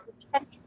potential